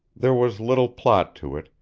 there was little plot to it,